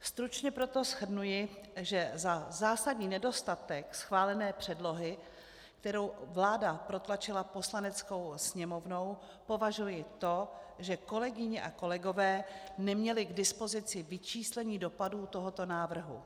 Stručně proto shrnuji, že za zásadní nedostatek schválené předlohy, kterou vláda protlačila Poslaneckou sněmovnou, považuji to, že kolegyně a kolegové neměli k dispozici vyčíslení dopadů tohoto návrhu.